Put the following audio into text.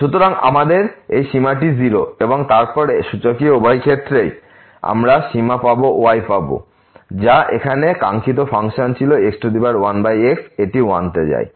সুতরাং আমাদের এই সীমাটি 0 এবং তারপর এই সূচকটি উভয় পক্ষের গ্রহণ করে আমরা সীমা y পাব যা এখানে কাঙ্ক্ষিত ফাংশন ছিল 1x এটি 1 তে যায়